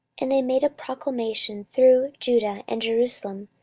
and they made a proclamation through judah and jerusalem,